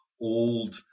old